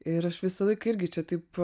ir aš visąlaik irgi čia taip